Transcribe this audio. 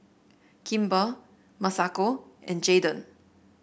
Kimber Masako and Jaeden